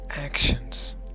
actions